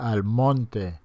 Almonte